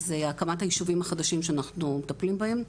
זה הקמת הישובים החדשים שאנחנו מטפלים בהם.